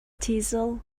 thistle